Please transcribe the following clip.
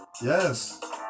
Yes